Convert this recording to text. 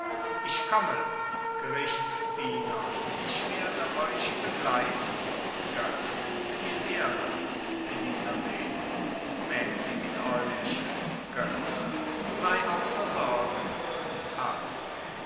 ich komme gerichtsdiener ich werde euch begleiten götz viel ehre elisabeth mäßigt euch götz sei außer sorgen